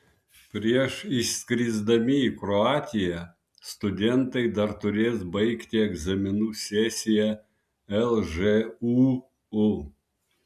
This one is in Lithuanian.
prieš išskrisdami į kroatiją studentai dar turės baigti egzaminų sesiją lžūu